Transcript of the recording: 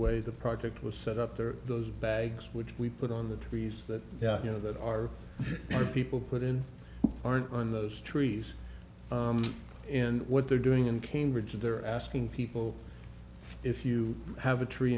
way the project was set up there are those bags which we put on the trees that you know that our people put in aren't on those trees and what they're doing in cambridge they're asking people if you have a tree